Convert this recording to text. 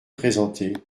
présenter